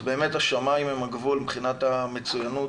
אז באמת השמיים הם הגבול מבחינת המצוינות,